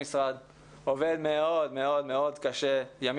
עובד מאוד מאוד מאוד קשה ועושה לילות